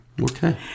okay